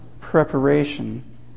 preparation